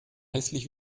hässlich